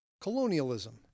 Colonialism